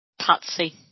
Patsy